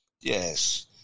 Yes